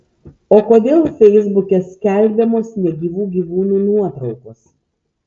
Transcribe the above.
o kodėl feisbuke skelbiamos negyvų gyvūnų nuotraukos